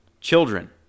children